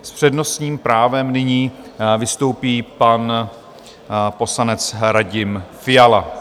S přednostním právem nyní vystoupí pan poslanec Radim Fiala.